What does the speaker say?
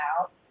out